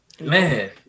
Man